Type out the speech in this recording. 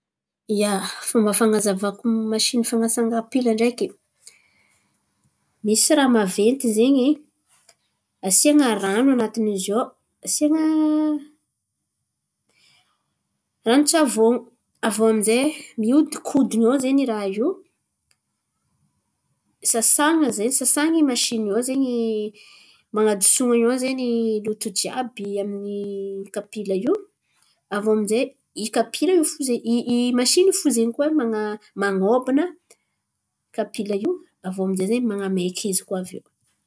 Ia, fomba fan̈azavako masìny fan̈asana kapila ndreky, misy raha maventy zen̈y asian̈a rano an̈atiny zio ao, asian̈a ranon-tsavôn. Aviô aminjay miodinkodin̈y ao zen̈y raha io. Sasan̈a zen̈y sasàny masìny io ao zen̈y man̈adoso zen̈y loto jiàby amin'ny kapila io. Aviô aminjay i kapila io fo zen̈y i i masìny io fo zen̈y koa man̈a- man̈ôbana kapila io aviô aminjay zen̈y man̈amaiky izy koa aviô.